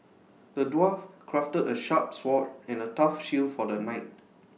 the dwarf crafted A sharp sword and A tough shield for the knight